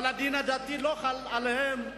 אבל הדין הדתי לא חל עליהם,